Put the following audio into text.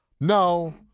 No